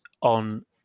on